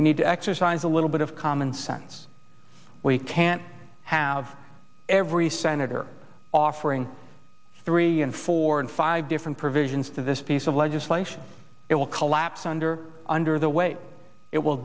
we need to exercise a little bit of common sense we can't have every senator offering three and four and five different provisions to this piece of legislation it will collapse under under the weight it will